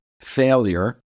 failure